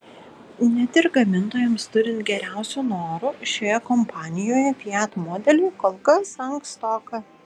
net ir gamintojams turint geriausių norų šioje kompanijoje fiat modeliui kol kas ankstoka